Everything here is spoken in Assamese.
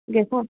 গেছৰ